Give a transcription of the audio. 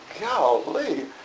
golly